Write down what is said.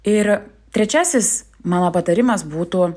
ir trečiasis mano patarimas būtų